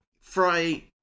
Fry